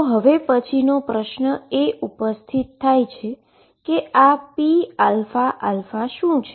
તો હવે પછીનો પ્રશ્ન એ ઉપસ્થિત થાય છે કે આ pαα શું છે